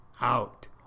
out